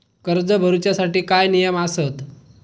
कर्ज भरूच्या साठी काय नियम आसत?